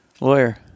lawyer